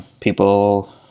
people